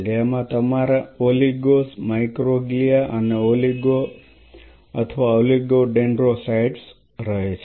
જેમાં તમારા oligos microglia અને ઓલિગો અથવા ઓલિગો ડેન્ડ્રોસાઇટ્સ રહે છે